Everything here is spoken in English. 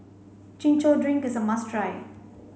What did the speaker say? chin chow drink is a must try